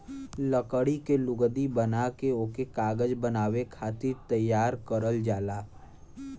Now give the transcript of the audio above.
लकड़ी के लुगदी बना के ओके कागज बनावे खातिर तैयार करल जाला